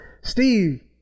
Steve